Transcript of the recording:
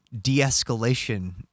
de-escalation